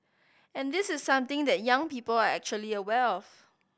and this is something that young people are acutely aware of